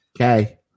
Okay